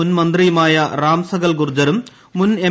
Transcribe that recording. മുൻ മന്ത്രിയുമായ രാം സകൽ ഗുർജറും മുൻ എം